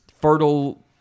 fertile